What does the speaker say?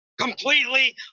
completely